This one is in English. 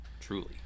truly